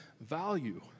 value